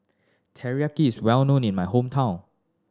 Takoyaki is well known in my hometown